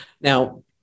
Now